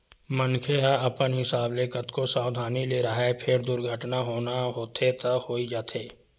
मनखे ह अपन हिसाब ले कतको सवधानी ले राहय फेर दुरघटना होना होथे त होइ जाथे